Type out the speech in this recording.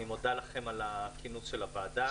אני מודה על כינוס הוועדה.